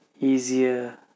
easier